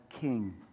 King